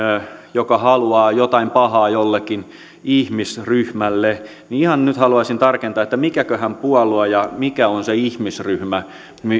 joka haluaa jotain pahaa jollekin ihmisryhmälle ihan nyt haluaisin tarkentaa että mikäköhän puolue ja mikä on se ihmisryhmä